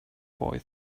boy